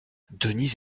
denise